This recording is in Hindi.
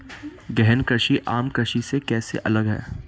गहन कृषि आम कृषि से कैसे अलग है?